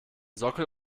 sockel